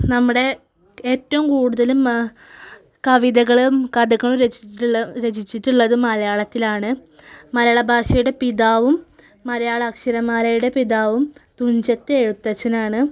നമ്മുടെ ഏറ്റവും കൂടുതലും കവിതകളും കഥകളും രചിച്ചിട്ടുള്ള രചിച്ചിട്ടുള്ളത് മലയാളത്തിലാണ് മലയാളഭാഷയുടെ പിതാവും മലയാള അക്ഷരമാലയുടെ പിതാവും തുഞ്ചത്ത് എഴുത്തച്ഛനാണ്